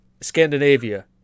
Scandinavia